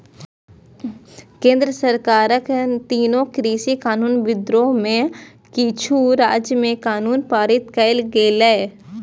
केंद्र सरकारक तीनू कृषि कानून विरोध मे किछु राज्य मे कानून पारित कैल गेलै